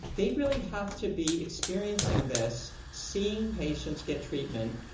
they really have to be experiencing this, seeing patients get treatment,